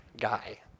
guy